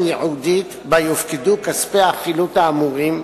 ייעודית שבה יופקדו כספי החילוט האמורים,